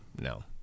no